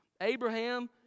Abraham